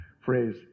phrase